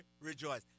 rejoice